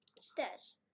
stairs